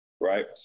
Right